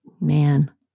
Man